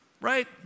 right